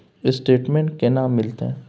Statement केना मिलते?